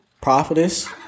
prophetess